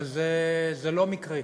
אבל זה לא מקרי.